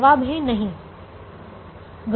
जवाब है नहीं